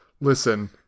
listen